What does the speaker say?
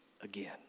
again